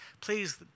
please